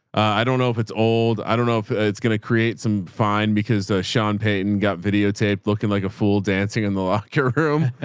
i don't know if it's old. i don't know if it's gonna create some fine because sean payton got videotaped looking like a fool dancing in the locker room.